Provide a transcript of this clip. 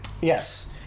yes